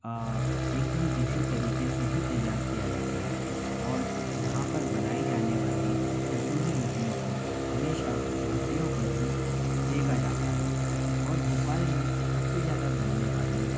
एकदम देसी तरीके से ही तैयार किया जाता है और यहाँ पर बनाई जाने वाली तंदूरी रोटियों को हमेशा भट्ठियों पर ही सेका जाता है और भोपाल में सबसे ज़्यादा बनने वाली